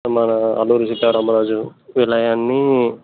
మన అల్లూరి సీతారామారాజు వీళ్ళవన్ని